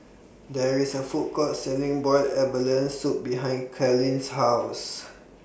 There IS A Food Court Selling boiled abalone Soup behind Kalene's House